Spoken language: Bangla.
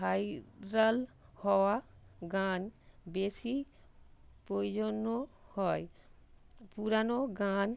ভাইরাল হওয়া গান বেশি প্রয়োজনও হয় পুরানো গান